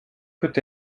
peut